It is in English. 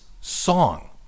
song